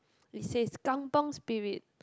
it says kampung Spirit